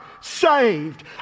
saved